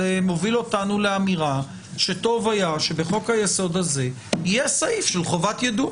מוביל אותנו לאמירה שטוב היה שבחוק היסוד הזה יהיה סעיף של חובת יידוע.